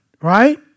Right